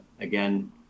again